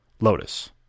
Lotus